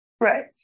Right